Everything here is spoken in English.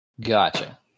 gotcha